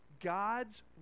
God's